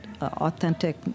authentic